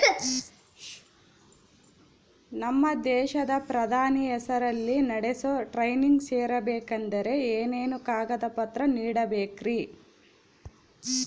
ನಮ್ಮ ದೇಶದ ಪ್ರಧಾನಿ ಹೆಸರಲ್ಲಿ ನಡೆಸೋ ಟ್ರೈನಿಂಗ್ ಸೇರಬೇಕಂದರೆ ಏನೇನು ಕಾಗದ ಪತ್ರ ನೇಡಬೇಕ್ರಿ?